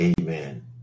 Amen